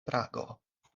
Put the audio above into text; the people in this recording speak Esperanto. prago